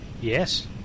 Yes